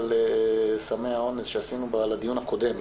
על סמי האונס מהדיון שעשינו הקודם,